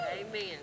Amen